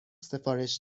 سفارش